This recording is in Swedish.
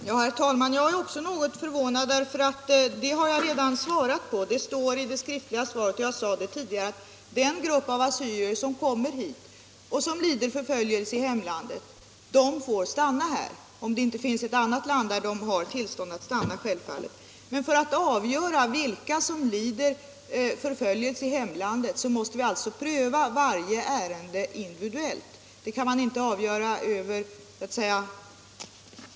Herr talman! Jag är också något förvånad, eftersom jag redan har svarat på den frågan i det skriftliga svaret. Jag sade också tidigare att den grupp av assyrier som kommer hit och som lidit förföljelse i hemlandet får stanna här, givetvis om det inte finns något annat land där de har tillstånd att stanna. Men för att avgöra vilka som lider förföljelse i hemlandet måste vi pröva varje ärende för sig.